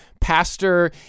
pastor